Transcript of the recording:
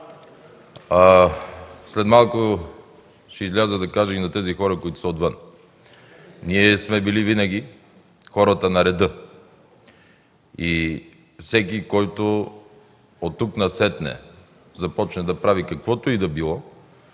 След малко ще изляза да кажа и на тези хора, които са отвън – ние сме били винаги хората на реда и всеки, който оттук насетне започне да прави каквото и да било,